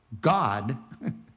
God